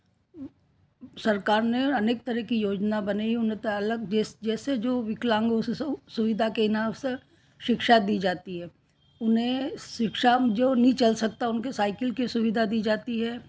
सरकार ने अनेक तरह की योजना बनाई उन्होंने तो अलग देश जैसे जो विकलांगों सुविधा के नाम से शिक्षा दी जाती है उन्हें शिक्षा जो नहीं चल सकता उनके साइकिल की सुविधा दी जाती है